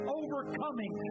overcoming